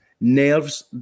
nerves